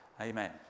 Amen